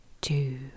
two